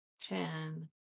ten